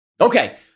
Okay